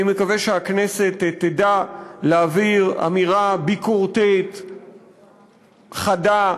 אני מקווה שהכנסת תדע להעביר אמירה ביקורתית, חדה,